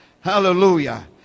hallelujah